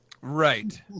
Right